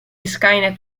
skynet